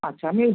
আচ্ছা আমি এই